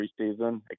preseason